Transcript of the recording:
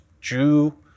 Jew